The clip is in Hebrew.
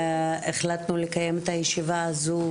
החלטנו לקיים את הישיבה הזו,